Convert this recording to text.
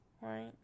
right